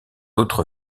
autre